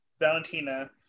Valentina